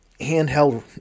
handheld